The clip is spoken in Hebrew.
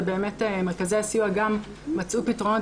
ובאמת מרכזי הסיוע גם מצאו פתרונות